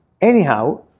Anyhow